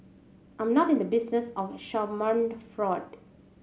I am not in the business of schadenfreude